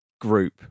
group